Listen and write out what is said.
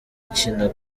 kina